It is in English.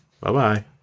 Bye-bye